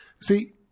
see